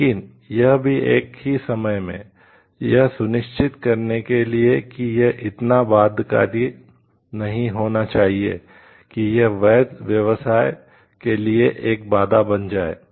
लेकिन यह भी एक ही समय में यह सुनिश्चित करने के लिए कि यह इतना बाध्यकारी नहीं होना चाहिए कि यह वैध व्यवसाय के लिए एक बाधा बन जाए